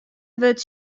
wurdt